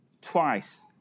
twice